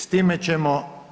S time ćemo…